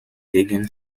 gegen